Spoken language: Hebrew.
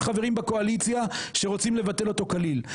חברים בקואליציה שרוצים לבטל אותו כליל,